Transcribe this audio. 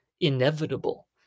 inevitable